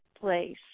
place